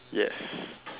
yes